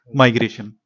migration